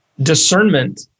Discernment